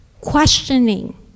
questioning